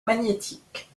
magnétiques